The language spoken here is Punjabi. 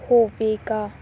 ਹੋਵੇਗਾ